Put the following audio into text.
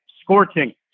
scorching